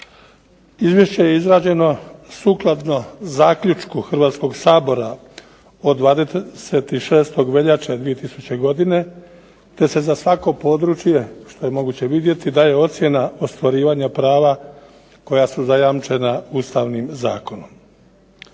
Izvješće je izrađeno sukladno zaključku Hrvatskog sabora od 26. veljače 2000. godine, te se za svako područje što je moguće vidjeti daje ocjena ostvarivanja prava koja su zajamčena Ustavnim zakonom.